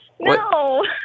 No